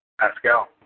Pascal